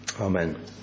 Amen